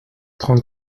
trente